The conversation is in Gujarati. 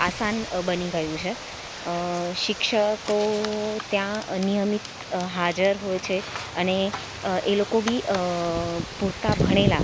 આસન બની ગયું છે શિક્ષકો ત્યાં નિયમિત હાજર હોય છે અને એ લોકો બી પૂરતા ભણેલા